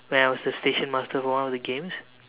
when I was the station master for one of the games